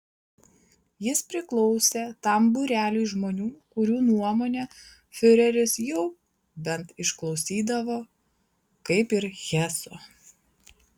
jis priklausė tam būreliui žmonių kurių nuomonę fiureris jau bent išklausydavo kaip ir heso